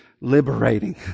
liberating